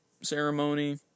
ceremony